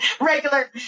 regular